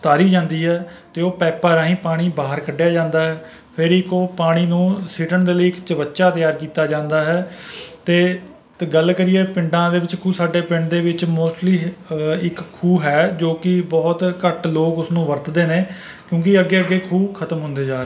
ਉਤਾਰੀ ਜਾਂਦੀ ਹੈ ਅਤੇ ਉਹ ਪਾਇਪਾਂ ਰਾਹੀਂ ਪਾਣੀ ਬਾਹਰ ਕੱਢਿਆ ਜਾਂਦਾ ਹੈ ਫਿਰ ਇੱਕ ਉਹ ਪਾਣੀ ਨੂੰ ਸਿਟਣ ਦੇ ਲਈ ਇੱਕ ਚਵਚਾ ਤਿਆਰ ਕੀਤਾ ਜਾਂਦਾ ਹੈ ਅਤੇ ਗੱਲ ਕਰੀਏ ਪਿੰਡਾਂ ਦੇ ਵਿੱਚ ਕੁਝ ਸਾਡੇ ਪਿੰਡ ਦੇ ਵਿੱਚ ਮੋਸਟਲੀ ਇੱਕ ਖੂਹ ਹੈ ਜੋ ਕਿ ਬਹੁਤ ਘੱਟ ਲੋਕ ਉਸ ਨੂੰ ਵਰਤਦੇ ਨੇ ਕਿਉਂਕਿ ਅੱਗੇ ਅੱਗੇ ਖੂਹ ਖਤਮ ਹੁੰਦੇ ਜਾ